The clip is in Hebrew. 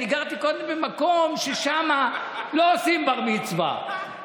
גרתי קודם במקום ששם לא עושים בר-מצווה,